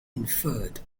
inferred